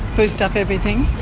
boost up everything?